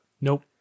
Nope